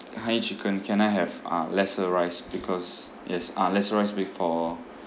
honey chicken can I have uh lesser rice because yes uh lesser rice with for